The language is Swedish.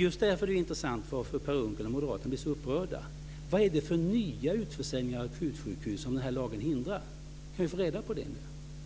Just därför är det intressant varför moderaterna och Per Unckel blir så upprörda. Vad är det för nya utförsäljningar av akutsjukhus som den här lagen hindrar? Kan vi få reda på det nu?